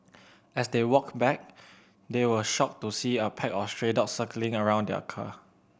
as they walked back they were shocked to see a pack of stray dogs circling around their car